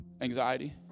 Anxiety